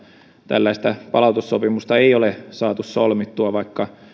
tällaista palautussopimusta ei ole saatu solmittua vaikka